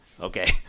Okay